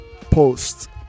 post